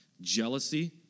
jealousy